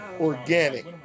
organic